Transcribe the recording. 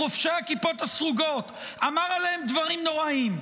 בחובשי הכיפות הסרוגות, אמר עליהם דברים נוראיים.